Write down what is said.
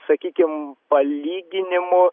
sakykim palyginimu